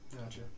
Gotcha